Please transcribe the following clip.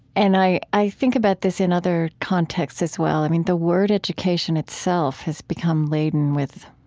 and i i think about this in other contexts, as well. i mean, the word education itself has become laden with